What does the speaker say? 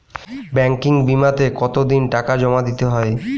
Banking বিমাতে কত দিন টাকা জমা দিতে হয়?